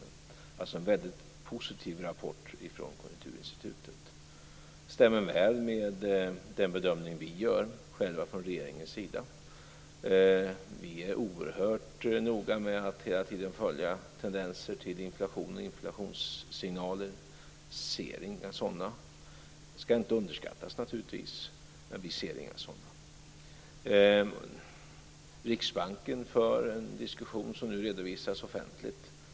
Det är alltså en väldigt positiv rapport från Det stämmer väl med den bedömning vi själva gör från regeringens sida. Vi är oerhört noga med att hela tiden följa tendenser till inflation och inflationssignaler, men vi ser inga sådana. Det ska naturligtvis inte underskattas, men vi ser inga sådana. Riksbanken för en diskussion som nu redovisas offentligt.